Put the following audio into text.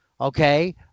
okay